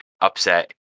upset